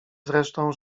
zresztą